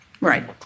Right